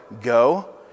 go